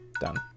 done